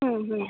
ಹ್ಞೂ ಹ್ಞೂ